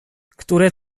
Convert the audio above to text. które